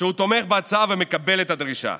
שהוא תומך בהצעה ומקבל את הדרישה.